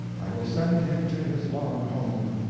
i will send him to his long home.